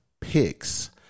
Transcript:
picks